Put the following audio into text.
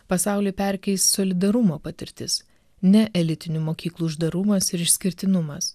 pasaulį perkeis solidarumo patirtis ne elitinių mokyklų uždarumas ir išskirtinumas